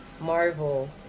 Marvel